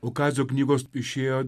o kazio knygos išėjo